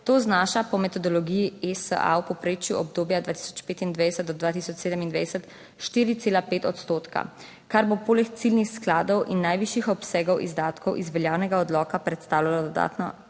To znaša po metodologiji ESA v povprečju obdobja 2025-2027 4,5 odstotka, kar bo poleg ciljnih skladov in najvišjih obsegov izdatkov iz veljavnega odloka predstavljalo dodatno